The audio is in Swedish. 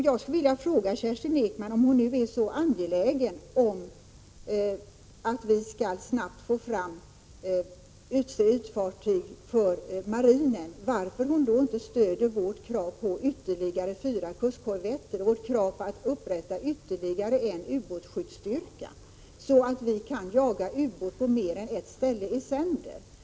Jag skulle vilja fråga Kerstin Ekman, om hon nu är så angelägen om att snabbt få fram ytstridsfartyg för marinen, varför hon inte stöder moderaternas krav på ytterligare fyra kustkorvetter och kravet på att upprätta ytterligare en ubåtsskyddsstyrka, så att ubåtar kan jagas på mer än ett ställe i sänder.